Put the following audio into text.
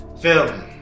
Film